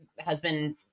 husband